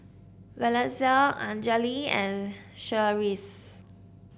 Valencia Anjali and Cherise